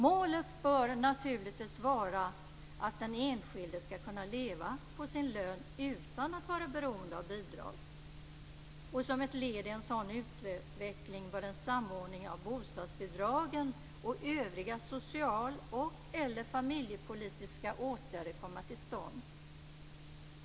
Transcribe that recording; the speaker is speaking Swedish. Målet bör naturligtvis vara att den enskilde ska kunna leva på sin lön utan att vara beroende av bidrag. Som ett led i en sådan utveckling bör en samordning av bostadsbidragen och övriga socialoch/eller familjepolitiska åtgärder komma till stånd.